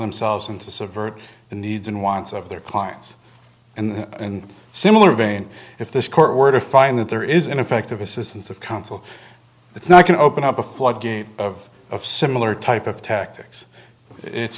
themselves and to subvert the needs and wants of their clients and in a similar vein if this court were to find that there is ineffective assistance of counsel it's not going to open up a floodgate of similar type of tactics it's